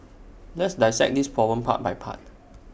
let's dissect this problem part by part